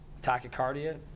Tachycardia